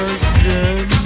again